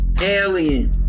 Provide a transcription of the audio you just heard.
Alien